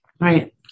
Right